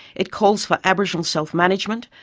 it calls for aboriginal self-management,